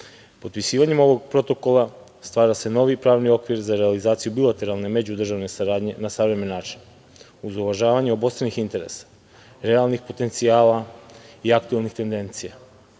tehnologije. Potpisivanjem ovog protokola stvara se novi pravni okvir za realizaciju bilateralne međudržavne saradnje na savremen način, uz uvažavanje obostranih interesa, realnih potencijala i aktuelnih tendencija,